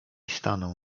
stanął